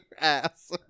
Ass